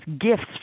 gifts